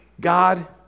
God